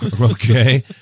okay